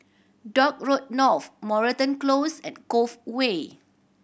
Dock Road North Moreton Close and Cove Way